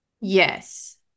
Yes